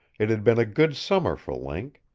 it had been a good summer for link.